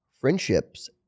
friendships